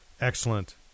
excellent